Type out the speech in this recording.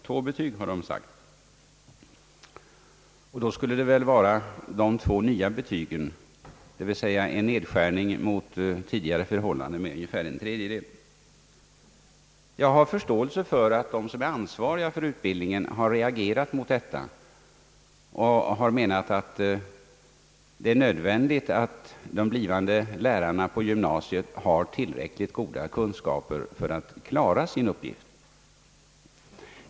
Två betyg räcker, har det sagts, och det skall väl då vara de två nya betygen, det vill säga en nedskärning jämfört med tidigare förhållanden med ungefär en tredjedel. Jag har förståelse för att de som är ansvariga för utbildningen har reagerat mot detta och har menat att det är nödvändigt att de blivande lärarna på gymnasiet har tillräckligt goda kunskaper för att klara sin uppgift.